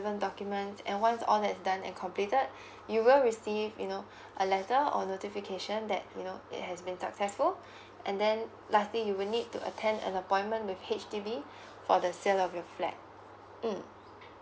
document and once all that's done and completed you will receive you know a letter or notification that you know it has been successful and then lastly you will need to attend an appointment with H_D_B for the sale of your flat mm